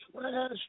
trash